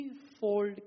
threefold